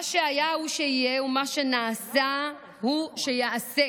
נאמר: "מה שהיה הוא שיהיה ומה שנעשה הוא שיעשה".